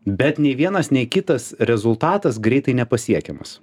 bet nei vienas nei kitas rezultatas greitai nepasiekiamas